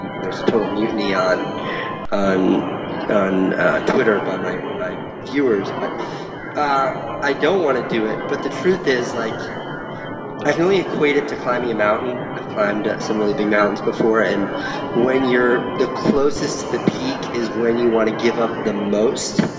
a total mutiny on on twitter by my my viewers. but ah i don't want to do it. but the truth is like i can only equate it to climbing a mountain. i've climbed some really big mountains before, and when you're the closest to the peak is when you want to give up the most.